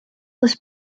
was